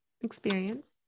experience